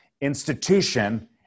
Institution